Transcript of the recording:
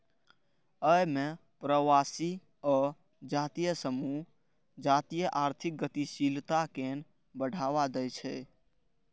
अय मे अप्रवासी आ जातीय समूह जातीय आर्थिक गतिशीलता कें बढ़ावा दै छै